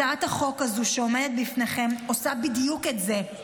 הצעת החוק הזו שעומדת בפניכם עושה בדיוק את זה.